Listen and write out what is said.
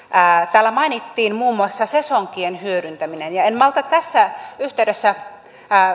täällä mainittiin muun muassa sesonkien hyödyntäminen en malta tässä yhteydessä